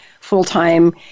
full-time